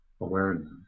awareness